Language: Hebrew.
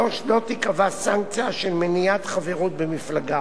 3. לא תיקבע סנקציה של מניעת חברות במפלגה,